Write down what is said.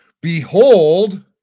Behold